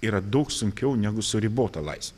yra daug sunkiau negu su ribota lais